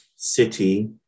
City